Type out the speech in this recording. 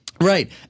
Right